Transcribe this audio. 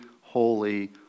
holy